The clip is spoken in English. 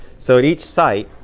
so at each site,